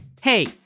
Hey